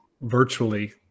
virtually